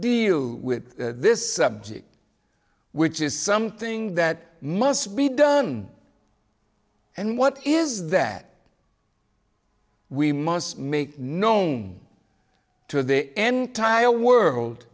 you with this subject which is something that must be done and what is that we must make known to the n tile world